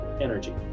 energy